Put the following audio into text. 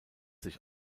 sich